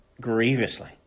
grievously